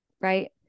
right